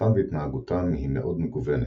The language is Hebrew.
עוצמתם והתנהגותם היא מאוד מגוונת,